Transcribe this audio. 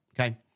okay